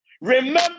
Remember